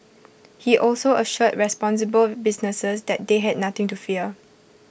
he also assured responsible businesses that they had nothing to fear